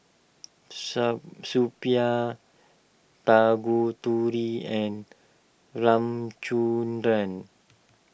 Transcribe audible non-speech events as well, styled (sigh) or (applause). (unintelligible) Suppiah Tanguturi and Ramchundra